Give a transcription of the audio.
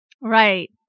Right